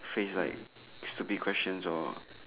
face like stupid questions or